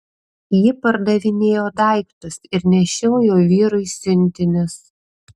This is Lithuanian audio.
ji pardavinėjo daiktus ir nešiojo vyrui siuntinius